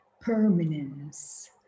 permanence